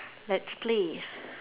let's play